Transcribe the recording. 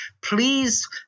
Please